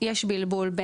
יש בלבול,